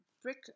Brick